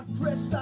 press